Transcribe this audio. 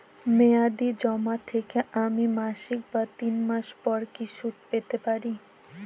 মেয়াদী জমা থেকে আমি মাসিক বা তিন মাস পর কি সুদ পেতে পারি?